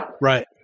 Right